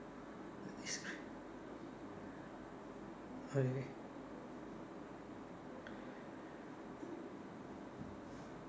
okay